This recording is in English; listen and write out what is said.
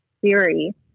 theory